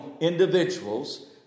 individuals